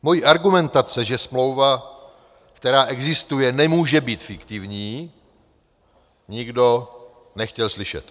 Moje argumentace, že smlouva, která existuje, nemůže být fiktivní, nikdo nechtěl slyšet.